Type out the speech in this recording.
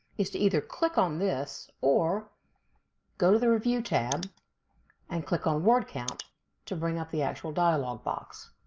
is to either click on this or go to the review tab and click on word count to bring up the actual dialog box.